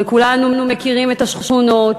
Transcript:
וכולנו מכירים את השכונות,